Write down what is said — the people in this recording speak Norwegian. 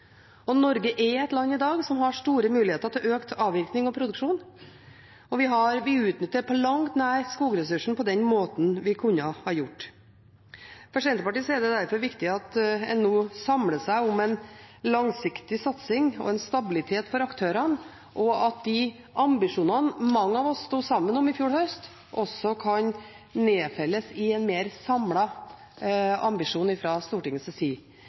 biodrivstoff. Norge er et land som i dag har store muligheter til økt avvirkning og produksjon, og vi utnytter ikke på langt nær skogressursen på den måten vi kunne ha gjort. For Senterpartiet er det derfor viktig at man nå samler seg om en langsiktig satsing og en stabilitet for aktørene, og at de ambisjonene mange av oss sto sammen om i fjor høst, kan nedfelles i en mer samlet ambisjon fra Stortingets side.